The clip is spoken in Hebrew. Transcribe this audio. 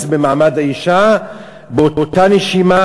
לוועדה לקידום מעמד האישה באותה נשימה.